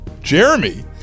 Jeremy